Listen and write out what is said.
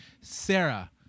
Sarah